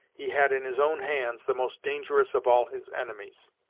he had in his own hands the most dangerous of all his enemies.